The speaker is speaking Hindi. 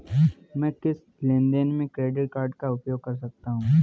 मैं किस लेनदेन में क्रेडिट कार्ड का उपयोग कर सकता हूं?